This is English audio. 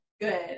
Good